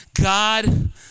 God